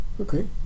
Okay